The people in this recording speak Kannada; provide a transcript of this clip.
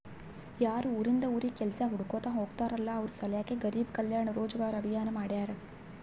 ಯಾರು ಉರಿಂದ್ ಉರಿಗ್ ಕೆಲ್ಸಾ ಹುಡ್ಕೋತಾ ಹೋಗ್ತಾರಲ್ಲ ಅವ್ರ ಸಲ್ಯಾಕೆ ಗರಿಬ್ ಕಲ್ಯಾಣ ರೋಜಗಾರ್ ಅಭಿಯಾನ್ ಮಾಡ್ಯಾರ್